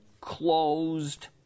closed